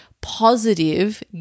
positive